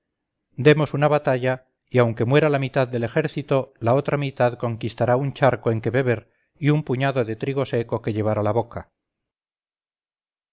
demos una batalla y aunque muera la mitad del ejército la otra mitad conquistará un charco en que beber y un puñado de trigo seco que llevar a la boca